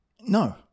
No